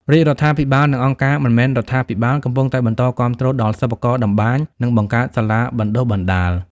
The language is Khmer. រាជរដ្ឋាភិបាល និងអង្គការមិនមែនរដ្ឋាភិបាល កំពុងតែបន្តគាំទ្រដល់សិប្បករតម្បាញ និងបង្កើតសាលាបណ្តុះបណ្តាល។